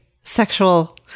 sexual